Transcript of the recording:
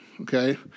okay